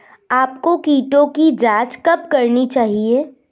आपको कीटों की जांच कब करनी चाहिए?